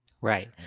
Right